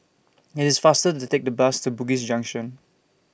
IT IS faster to Take The Bus to Bugis Junction